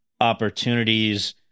opportunities